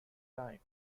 time